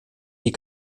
die